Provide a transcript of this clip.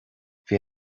bhí